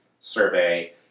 survey